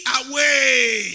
away